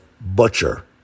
butcher